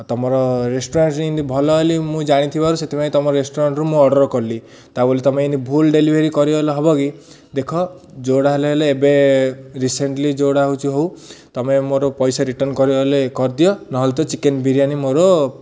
ତମର ରେଷ୍ଟୁରାଣ୍ଟ୍ରେ ଏମିତି ଭଲ ବୋଲି ମୁଁ ଜାଣିଥିବାରୁ ସେଥିପାଇଁ ତମ ରେଷ୍ଟୁରାଣ୍ଟ୍ରୁ ମୁଁ ଅର୍ଡ଼ର କଲି ତା ବୋଲି ତମେ ଏମିତି ଭୁଲ୍ ଡେଲିଭରି କରିଗଲେ ହବ କି ଦେଖ ଯେଉଁଟା ହେଲେ ହେଲେ ଏବେ ରିସେଣ୍ଟ୍ଲି ଯେଉଁଟା ହେଉଛି ହଉ ତମେ ମୋର ପଇସା ରିଟର୍ଣ୍ଣ କରିବଲେ କରିଦିଅ ନହେଲେ ତ ଚିକେନ୍ ବିରିୟାନି ମୋର